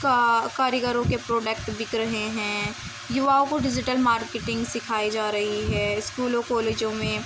کا کاریگروں کے پروڈکٹ بک رہے ہیں یواؤں کو ڈیجیٹل مارکیٹنگ سکھائی جا رہی ہے اسکولوں کالجوں میں